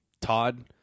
Todd